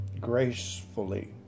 gracefully